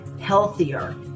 healthier